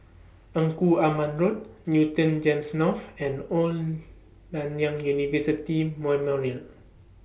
Engku Aman Road Newton Gems North and Old Nanyang University Memorial